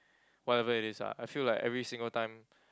whatever it is lah I feel like every single time